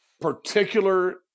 particular